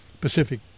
pacific